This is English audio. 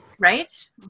right